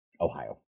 Ohio